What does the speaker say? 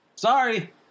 Sorry